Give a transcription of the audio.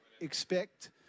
expect